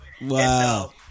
Wow